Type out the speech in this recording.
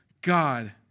God